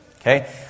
Okay